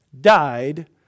died